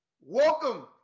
Welcome